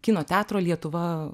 kino teatro lietuva